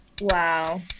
wow